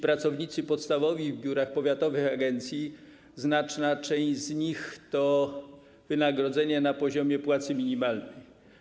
Pracownicy podstawowi w biurach powiatowych agencji, znaczna część z nich, ma wynagrodzenie na poziomie płacy minimalnej.